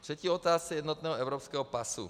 K třetí otázce jednotného evropského pasu.